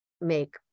make